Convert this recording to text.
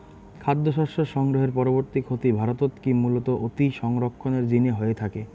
খাদ্যশস্য সংগ্রহের পরবর্তী ক্ষতি ভারতত কি মূলতঃ অতিসংরক্ষণের জিনে হয়ে থাকে?